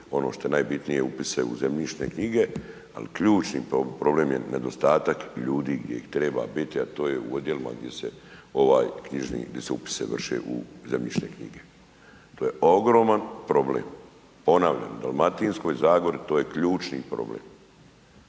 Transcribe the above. ono što je najbitnije upise u zemljišne knjige ali ključni problem je nedostatak ljudi gdje ih treba biti a to je u odjelima gdje se ovaj knjižni, gdje se upisi vrše u zemljišne knjige. To je ogroman problem. Ponavljam, u Dalmatinskoj zagori to je ključni problem